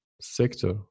Sector